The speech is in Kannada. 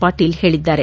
ಪಾಟೀಲ್ ಹೇಳಿದ್ದಾರೆ